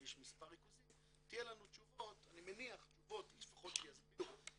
יש מספר ריכוזים אני מניח שיהיו לנו תשובות לפחות שיסבירו,